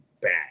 bad